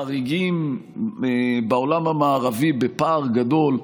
חריגים בעולם המערבי בפער גדול.